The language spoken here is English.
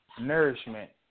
nourishment